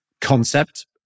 concept